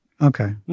Okay